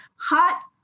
hot